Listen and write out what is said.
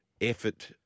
effort